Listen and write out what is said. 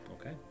Okay